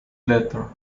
letter